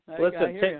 Listen